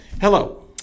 Hello